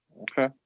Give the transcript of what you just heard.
Okay